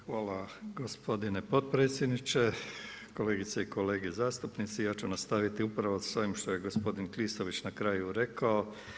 Hvala gospodine potpredsjedniče, kolegice i kolege zastupnici, ja ću nastaviti upravo sa ovim što je gospodin Klisović na kraju rekao.